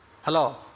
Hello